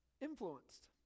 influenced